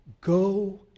go